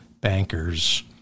bankers